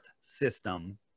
system